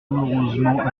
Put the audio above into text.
douloureusement